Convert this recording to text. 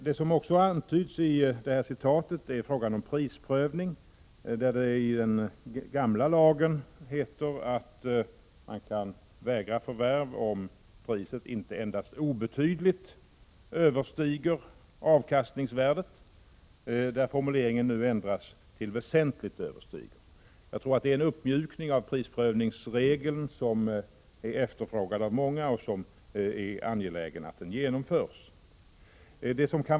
Vad som också antyds i citatet är frågan om prisprövning, där det i den gamla lagen heter att man kan vägra förvärv om priset inte endast obetydligt överstiger avkastningsvärdet. Där har formuleringen nu ändrats till ”väsentligt överstiger”. Det är en uppmjukning av prisprövningsregeln, som är efterfrågad av många och som det är angeläget att genomföra.